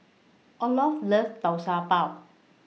Olof loves Tau Pau